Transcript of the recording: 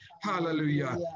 Hallelujah